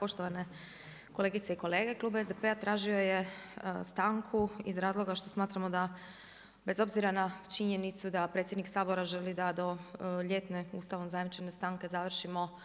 Poštovane kolegice i kolege, Klub SDP-a tražio je stanku iz razloga što smatramo da bez obzira na činjenicu da predsjednik Sabora želi da do ljetne ustavnom zajamčene stanke završimo